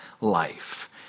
life